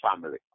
family